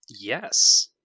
Yes